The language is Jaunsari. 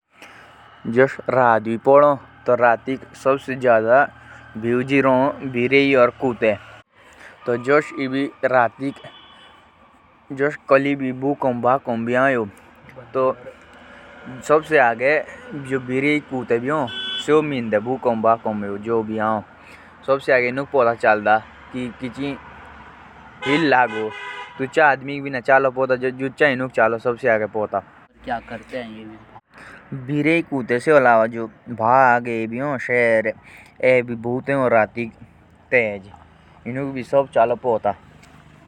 जुष इभी रात भी पोदो। तो रातिक सबसे जादा भीउजी रो कोटे और भीरेयि। और जुष रातिक कोली भोकम भी आओ तो सेओ सबसे आगे भीरेई और कोटे मीडो। और जनवर मीडो पे हो।